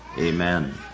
Amen